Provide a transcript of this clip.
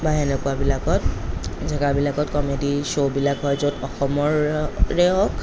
বা সেনেকোৱাবিলাকত জেগাবিলাকত কমেডী শ্ব'বিলাক হয় য'ত অসমৰে হওক